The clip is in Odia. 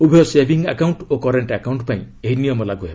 ଉଭୟ ସେଭିଂ ଆକାଉଣ୍ଟ ଓ କରେଣ୍ଟ ଆକାଉଣ୍ଟ ପାଇଁ ଏହି ନିୟମ ଲାଗୁ ହେବ